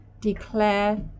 declare